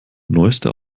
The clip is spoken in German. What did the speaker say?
neueste